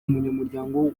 umunyamuryango